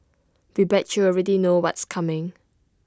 we bet you already know what's coming